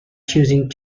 choosing